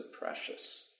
precious